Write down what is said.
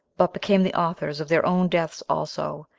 but became the authors of their own deaths also,